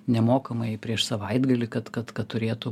nemokamai prieš savaitgalį kad kad kad turėtų